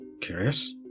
Curious